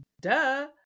Duh